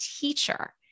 teacher